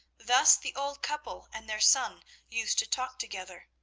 thus the old couple and their son used to talk together.